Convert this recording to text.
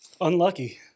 Unlucky